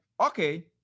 okay